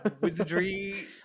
wizardry